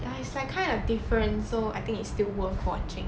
ya it's like kind of different so I think it's still worth watching